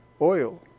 oil